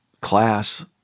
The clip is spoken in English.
class